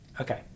Okay